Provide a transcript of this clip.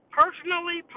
personally